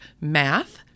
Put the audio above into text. math